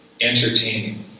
entertaining